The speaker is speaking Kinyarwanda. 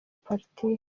politiki